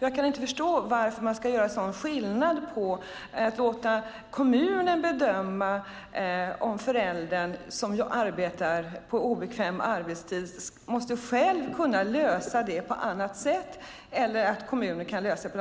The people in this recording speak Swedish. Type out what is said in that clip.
Jag kan inte förstå varför man gör en sådan skillnad och låter kommunen bedöma om en förälder som arbetar på obekväm arbetstid ska kunna ordna barnomsorgen på annat sätt eller om kommunen ska lösa det.